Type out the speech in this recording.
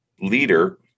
Leader